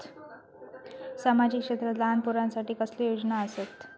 सामाजिक क्षेत्रांत लहान पोरानसाठी कसले योजना आसत?